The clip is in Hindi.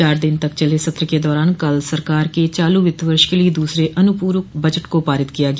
चार दिन तक चले सत्र के दौरान कल सरकार के चालू वित्त वर्ष के लिये दूसरे अनपूरक बजट को पारित किया गया